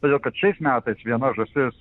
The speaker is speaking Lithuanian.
todėl kad šiais metais viena žąsis